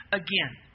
again